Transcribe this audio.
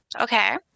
Okay